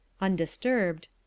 Undisturbed